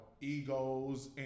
egos